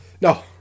No